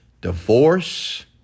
Divorce